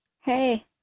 Hey